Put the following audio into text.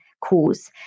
cause